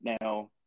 Now